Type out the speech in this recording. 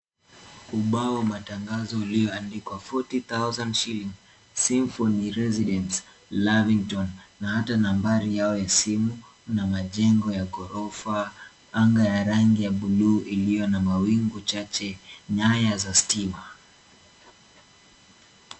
Ubao wa matangazo ulioandikwa 40,000 shillings Symphony Residence Lavington na hata nambari yao ya simu na majengo ya ghorofa, anga ya rangi ya buluu iliyo na mawingu chache, nyaya za stima.